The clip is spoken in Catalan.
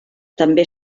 també